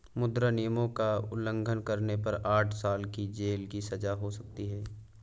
मुद्रा नियमों का उल्लंघन करने पर आठ साल की जेल की सजा हो सकती हैं